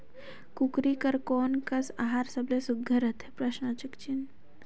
कूकरी बर कोन कस आहार सबले सुघ्घर रथे?